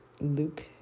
Luke